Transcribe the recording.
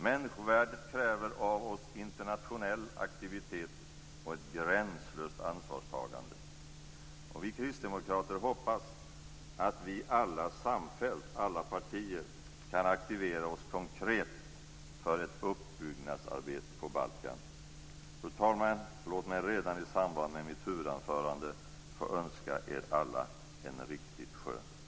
Människovärdet kräver av oss internationell aktivitet och ett gränslöst ansvarstagande. Vi kristdemokrater hoppas att vi samfällt i alla partier kan aktivera oss konkret för ett uppbyggnadsarbete på Balkan. Herr talman! Låt mig redan i samband med mitt huvudanförande få önska er alla en riktigt skön sommar!